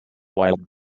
wild